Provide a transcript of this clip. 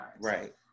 right